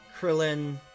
Krillin